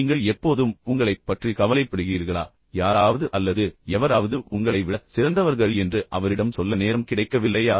நீங்கள் எப்போதும் உங்களைப் பற்றி கவலைப்படுகிறீர்களா யாராவது அல்லது எவராவது உங்களை விட சிறந்தவர்கள் என்று அவரிடம் அவரிடம் சொல்ல ஒருபோதும் நேரம் கிடைக்கவில்லையா